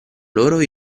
loro